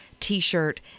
t-shirt